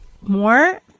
more